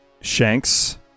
Shanks